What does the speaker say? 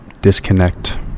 disconnect